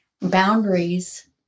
boundaries